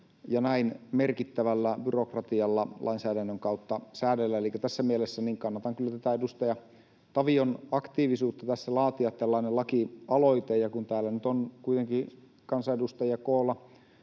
ja näin merkittävällä byrokratialla lainsäädännön kautta säädellä. Elikkä tässä mielessä kannatan kyllä edustaja Tavion aktiivisuutta laatia tällainen laki-aloite. Kun täällä nyt on kuitenkin kansanedustajia koolla